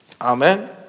Amen